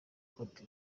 côte